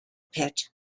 pit